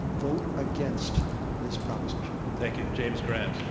vote against this proposition. thank you. james grant.